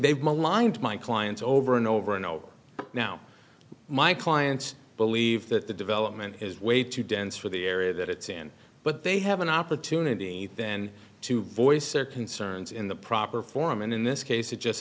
lined my clients over and over and over now my clients believe that the development is way too dense for the area that it's in but they have an opportunity then to voice their concerns in the proper forum and in this case it just